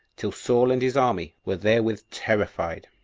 till saul and his army were therewith terrified,